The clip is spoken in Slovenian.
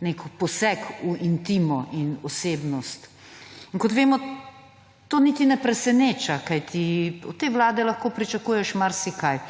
nek poseg v intimo in osebnost. Kot vemo, to niti ne preseneča, kajti od te vladelahko pričakuješ marsikaj.